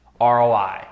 ROI